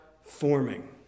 forming